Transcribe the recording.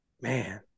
Man